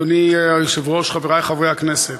אדוני היושב-ראש, חברי חברי הכנסת,